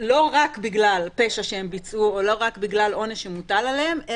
בגלל פשע שהם ביצעו או עונש שמוטל עליהם,